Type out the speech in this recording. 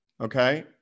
okay